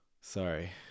Sorry